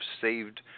saved